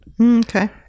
Okay